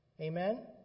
Amen